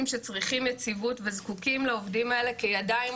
שצריכים יציבות וזקוקים לעובדים האלה כידיים,